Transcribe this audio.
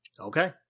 Okay